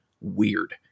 weird